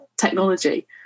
technology